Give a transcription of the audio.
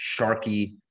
sharky